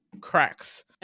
cracks